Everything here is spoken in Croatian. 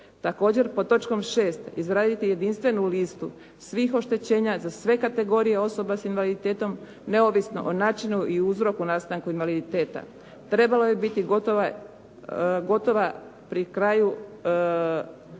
Također, pod točkom 6.-izraditi jedinstvenu listu svih oštećenja, za sve kategorije osobe s invaliditetom, neovisno o načinu i uzroku nastanka invaliditeta. Trebala je biti gotova pri kraju 7.